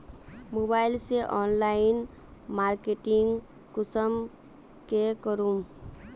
Mobile से online marketing कुंसम के करूम?